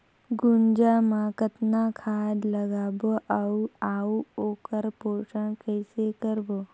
गुनजा मा कतना खाद लगाबो अउ आऊ ओकर पोषण कइसे करबो?